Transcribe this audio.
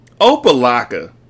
Opa-laka